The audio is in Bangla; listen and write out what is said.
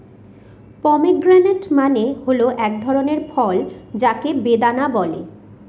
পমিগ্রেনেট মানে হল এক ধরনের ফল যাকে বেদানা বলে